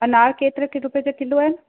अनार केतिरे किलो रुपए जा किलो आहिनि